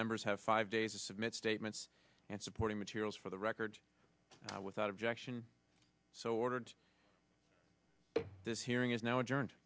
members have five days to submit statements and supporting materials for the record without objection so ordered this hearing is now adjourned